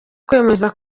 kwemeza